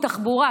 תחבורה,